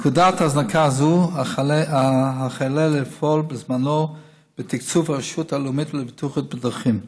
נקודת הזנקה זו החלה לפעול בזמנו בתקצוב הרשות הלאומית לבטיחות בדרכים,